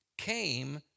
came